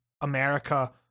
America